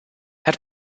had